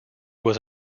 was